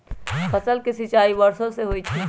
फसल के सिंचाई वर्षो से होई छई